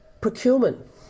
procurement